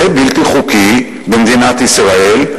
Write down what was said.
זה בלתי חוקי במדינת ישראל,